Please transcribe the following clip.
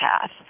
path